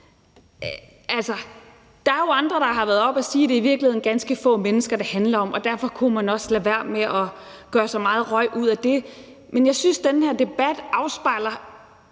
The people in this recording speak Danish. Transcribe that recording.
Der er jo andre, der har været oppe at sige, at det i virkeligheden er ganske få mennesker, det handler om, og derfor kunne man også lade være med at lade der komme så meget røg ud af det. Men jeg synes, den her debat afspejler